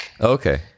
Okay